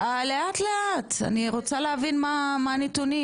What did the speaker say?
לאט, לאט, אני רוצה להבין מה הנתונים.